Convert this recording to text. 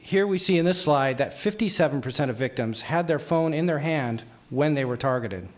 here we see in this slide that fifty seven percent of victims had their phone in their hand when they were targeted